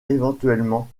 éventuellement